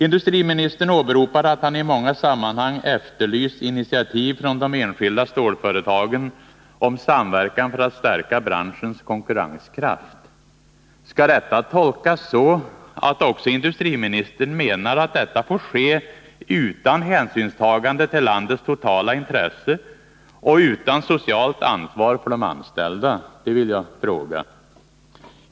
Industriministern åberopar att han i många sammanhang efterlyst initiativ från de enskilda stålföretagen till samverkan för att stärka branschens konkurrenskraft. Skall detta tolkas så att också industriministern menar att detta får ske utan hänsynstagande till landets totala intresse och utan socialt ansvar för de anställda? Det vill jag fråga.